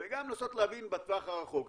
וגם לנסות להבין בטווח הקרוב.